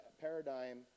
paradigm